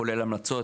כולל המלצות,